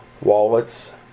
wallets